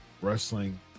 wrestling